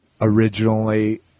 originally